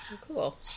Cool